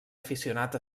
aficionat